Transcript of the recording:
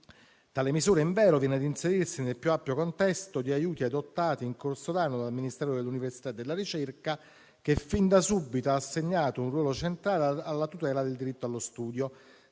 Tale misura invero viene ad inserirsi nel più ampio contesto di aiuti adottati in corso d'anno dal Ministero dell'università e della ricerca, che fin da subito ha assegnato un ruolo centrale alla tutela del diritto allo studio,